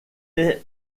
est